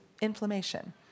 inflammation